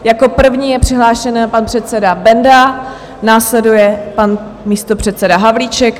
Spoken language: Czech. Jako první je přihlášen pan předseda Benda, následuje pan místopředseda Havlíček.